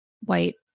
white